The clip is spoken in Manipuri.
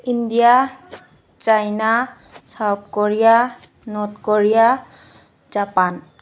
India China South Korea North Korea Japan